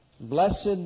Blessed